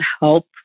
help